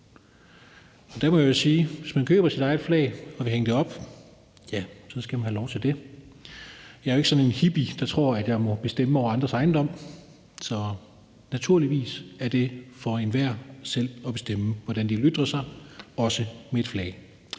Og der må jeg sige, at hvis man køber sit eget flag og vil hænge det op, skal man have lov til det. Jeg er ikke sådan en hippie, der tror, at jeg må bestemme over andres ejendom. Så naturligvis er det op til enhver selv at bestemme, hvordan de vil ytre sig, også med et flag.